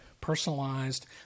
personalized